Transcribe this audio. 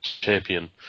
champion